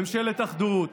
ממשלת אחדות.